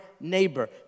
neighbor